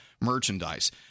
merchandise